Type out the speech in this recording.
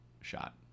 shot